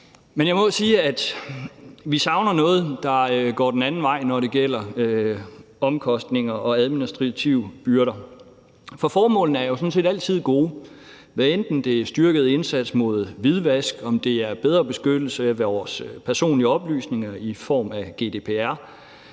Men jeg må sige, at vi savner noget, der går den anden vej, når det gælder omkostninger og administrative byrder. Formålene er jo sådan set altid gode. Hvad enten det er en styrket indsats mod hvidvask, bedre beskyttelse af vores personlige oplysninger i form af GDPR,